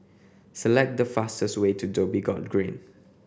select the fastest way to Dhoby Ghaut Green